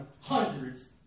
hundreds